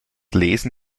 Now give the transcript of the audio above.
lesen